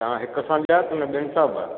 तां हिकु सां हुआ कि न ॿियनि सां बि हुआ